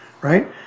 right